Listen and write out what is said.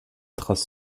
trace